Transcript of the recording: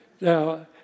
Now